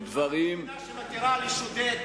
איפה יש מדינה שמתירה לשודד